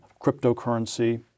Cryptocurrency